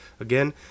Again